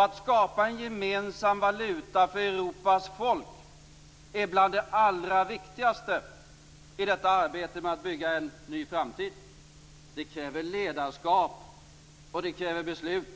Att skapa en gemensam valuta för Europas folk är bland det allra viktigaste i detta arbete med att bygga en ny framtid. Det kräver ledarskap och beslut.